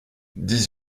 dix